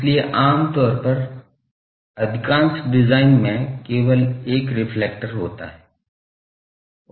इसलिए आमतौर पर अधिकांश डिज़ाइन में केवल एक रिफ्लेक्टर होता है